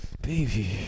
Baby